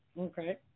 Okay